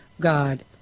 God